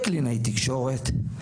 לקלינאית תקשורת,